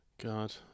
God